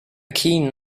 keen